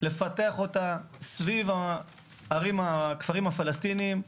לפתח אותה סביב הערים, הכפרים הפלסטיניים.